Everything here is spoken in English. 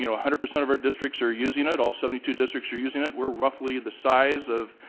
you know a hundred percent of our districts are using it. all seventy two districts are using it. we're roughly the size of,